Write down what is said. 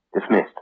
Dismissed